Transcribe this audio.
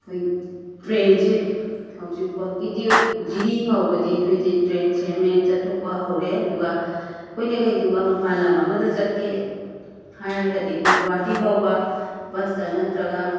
ꯑꯩꯈꯣꯏ ꯇ꯭ꯔꯦꯟꯁꯦ ꯍꯧꯖꯤꯛꯐꯥꯎꯒꯤꯗꯤ ꯖꯤꯔꯤꯐꯥꯎꯕꯗꯤ ꯑꯩꯈꯣꯏꯁꯦ ꯇ꯭ꯔꯦꯟ ꯁꯦꯝꯃꯦ ꯆꯠꯊꯣꯛꯄ ꯍꯧꯔꯦ ꯑꯗꯨꯒ ꯑꯩꯈꯣꯏꯅ ꯀꯩꯒꯨꯝꯕ ꯃꯄꯥꯟ ꯂꯝ ꯑꯃꯗ ꯆꯠꯀꯦ ꯍꯥꯏꯔꯒꯗꯤ ꯑꯩꯈꯣꯏ ꯒꯨꯍꯥꯇꯤ ꯐꯥꯎꯕ ꯕꯁꯇ ꯅꯠꯇ꯭ꯔꯒ